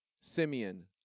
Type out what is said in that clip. Simeon